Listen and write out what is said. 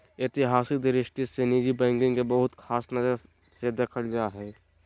ऐतिहासिक दृष्टि से निजी बैंकिंग के बहुत ख़ास नजर से देखल जा हइ